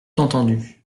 entendu